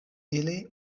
ili